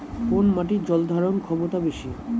কোন মাটির জল ধারণ ক্ষমতা বেশি?